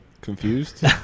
confused